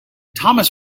thomas